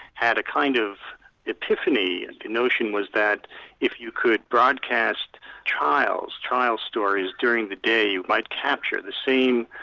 had a kind of epiphany the and notion was that if you could broadcast trials, trial stories during the day, you might capture the scene,